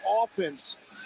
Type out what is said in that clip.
offense